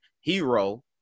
Hero